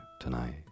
tonight